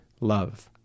love